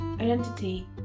identity